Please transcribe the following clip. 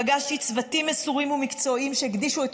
פגשתי צוותים מסורים ומקצועיים שהקדישו את